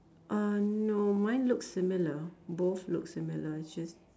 uh no mine looks similar both looks similar just